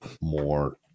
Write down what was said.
more